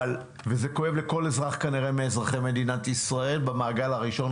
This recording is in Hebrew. וזה כואב לכל אזרח כנראה מאזרחי מדינת ישראל במעגל הראשון,